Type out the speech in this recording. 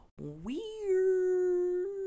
Weird